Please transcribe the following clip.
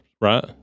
right